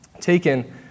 taken